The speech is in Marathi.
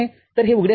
तर हे उघडे राहील